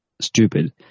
stupid